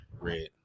Red